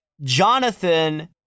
Jonathan